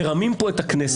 מרמים פה את הכנסת.